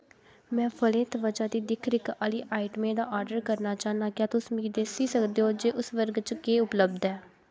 मैं फलें त्वचा दी दिक्ख रिक्ख आह्ली आइटमें दा आर्डर करना चाह्न्नां क्या तुस मिगी दस्सी सकदे ओ जे उस वर्ग च केह् उपलब्ध ऐ